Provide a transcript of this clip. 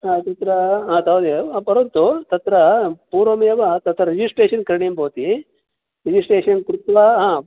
तत्र आ तावदेव परन्तु तत्र पूर्वमेव तत्र रजिस्ट्रेशन् करणीयं भवति रजिस्ट्रेशन् कृत्वा